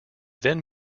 then